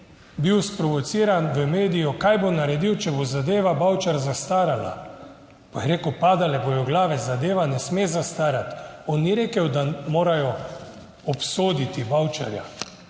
bil sprovociran v mediju, kaj bo naredil, če bo zadeva Bavčar zastarala, pa je rekel: padale bodo glave, zadeva ne sme zastarati. On ni rekel, da morajo obsoditi Bavčarja.